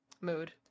Mood